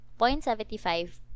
0.75